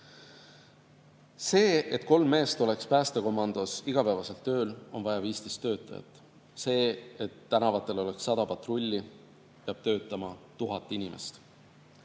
Selleks, et kolm meest oleks päästekomandos igapäevaselt tööl, on vaja 15 töötajat. Selleks, et tänavatel oleks 100 patrulli, peab töötama 1000 inimest.